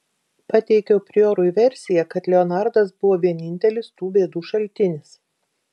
pateikiau priorui versiją kad leonardas buvo vienintelis tų bėdų šaltinis